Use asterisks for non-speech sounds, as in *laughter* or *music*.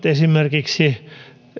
*unintelligible* esimerkiksi